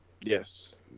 Yes